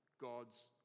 God's